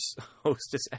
hostess